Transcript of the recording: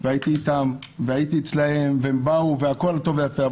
והייתי אצלם והם באו והכול טוב ויפה,